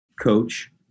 coach